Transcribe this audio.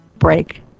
break